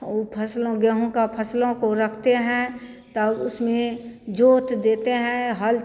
ऊ फसलों गेहूँ की फसलों को रखते हैं तो उसमें जोत देते हैं हल